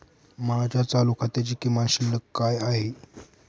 माझ्या चालू खात्याची किमान शिल्लक काय आहे?